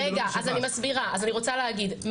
אני רוצה להגיד,